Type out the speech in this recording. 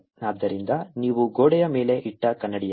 ಆದ್ದರಿಂದ ನೀವು ಗೋಡೆಯ ಮೇಲೆ ಇಟ್ಟ ಕನ್ನಡಿಯಂತೆ